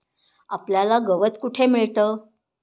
आपल्याला गवत कुठे मिळतं?